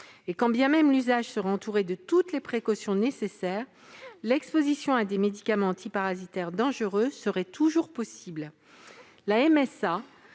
Et quand bien même l'usage serait entouré de toutes les précautions nécessaires, l'exposition à des médicaments antiparasitaires dangereux serait toujours possible. La MSA